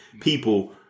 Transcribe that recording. people